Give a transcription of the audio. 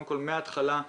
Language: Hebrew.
מהתחלה,